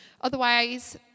Otherwise